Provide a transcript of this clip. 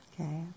Okay